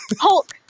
Hulk